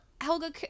Helga